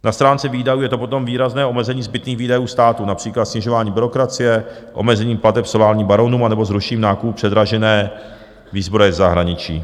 Na stránce výdajů je to potom výrazné omezení zbytných výdajů státu, například snižováním byrokracie, omezením plateb solárním baronům anebo zrušením nákup předražené výzbroje zahraničí.